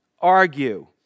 argue